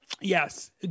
yes